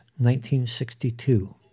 1962